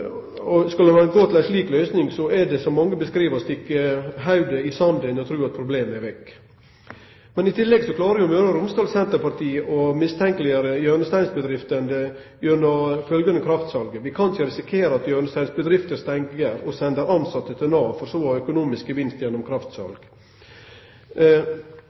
Skulle ein gå til ei slik løysing, så er det, slik mange beskriv det, som å stikke hovudet i sanden og tru at problemet er vekk. Men i tillegg klarer Møre og Romsdal Senterparti å mistenkjeleggjere hjørnesteinsbedrifter gjennom følgjande kraftsalve: «Vi kan ikke risikere at hjørnesteinsbedrifter stenger ned, og sender ansatte til Nav, for så å ha en økonomisk gevinst gjennom